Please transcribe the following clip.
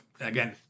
again